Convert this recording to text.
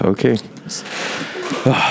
Okay